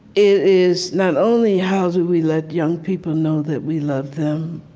is not only how do we let young people know that we love them,